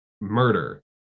murder